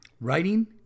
Writing